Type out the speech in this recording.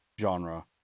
genre